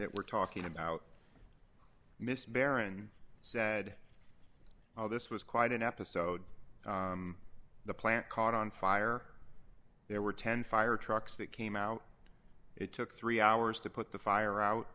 that we're talking about miss barron said well this was quite an episode the plant caught on fire there were ten fire trucks that came out it took three hours to put the fire out